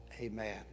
Amen